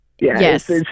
yes